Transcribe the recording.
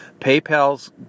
PayPal's